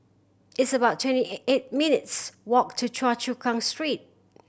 it's about twenty eight minutes' walk to Choa Chu Kang Street